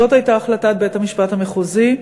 זאת הייתה החלטת בית-המשפט המחוזי,